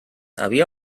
havia